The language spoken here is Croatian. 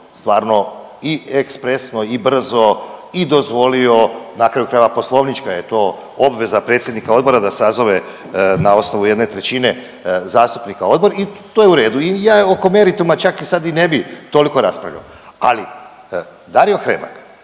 stvarno i ekspresno i brzo i dozvolio, na kraju krajeva poslovnička je to obveza predsjednika odbora da sazove na osnovu 1/3 zastupnika odbor i to je u redu i ja oko merituma čak i sad i ne bi toliko raspravljao. Ali Dario Hrebak